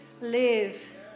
live